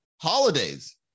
holidays